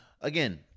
again